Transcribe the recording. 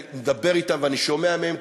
אני מדבר אתם ואני שומע מהם,